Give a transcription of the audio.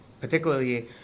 particularly